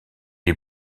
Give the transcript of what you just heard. est